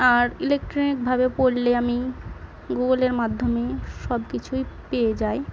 আর ইলেকট্রিকভাবে পড়লে আমি গুগুলের মাধ্যমে সব কিছুই পেয়ে যাই